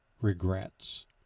Regrets